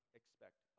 expect